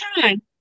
time